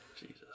Jesus